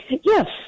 Yes